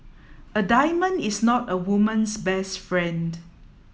a diamond is not a woman's best friend